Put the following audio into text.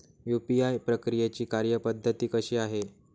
UPI प्रक्रियेची कार्यपद्धती कशी आहे?